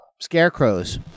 Scarecrows